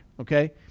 okay